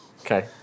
Okay